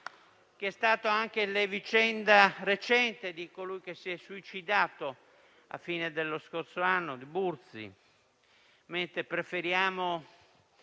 che è stata anche la vicenda recente di colui che si è suicidato alla fine dello scorso anno, Burzi. Al contrario, preferiamo